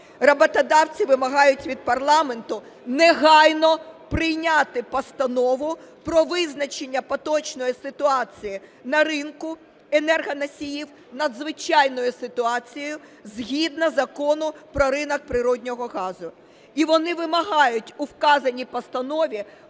роботодавці вимагають від парламенту негайно прийняти постанову про визначення поточної ситуації на ринку енергоносіїв надзвичайною ситуацією згідно Закону "Про ринок природного газу". І вони вимагають у вказаній постанові